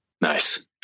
Nice